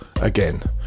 again